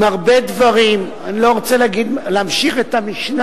"מרבה דברים" אני לא רוצה להמשיך את המשנה,